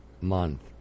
Month